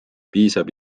piisab